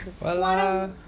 what a